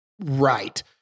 right